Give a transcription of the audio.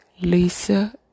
Lisa